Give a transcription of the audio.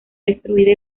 destruida